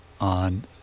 on